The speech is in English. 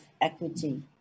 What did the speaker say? equity